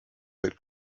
that